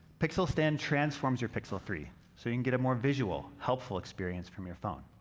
pixel stand transforms your pixel three so you can get a more visual, helpful experience from your phone.